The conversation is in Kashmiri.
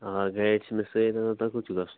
آ گایِڈ چھِ مےٚ سۭتۍ تۄہہِ کوٚت چھُو گژھُن